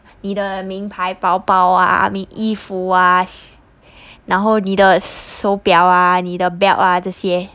你的名牌包包啊你衣服啊然后你的手表啊你的 belt 啊这些